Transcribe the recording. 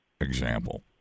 example